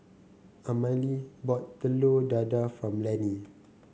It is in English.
Amalie bought Telur Dadah for Lanny